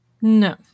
No